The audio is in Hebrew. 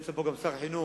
נמצא פה גם שר החינוך,